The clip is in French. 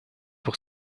pour